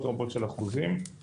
זה קרה בכל העולם.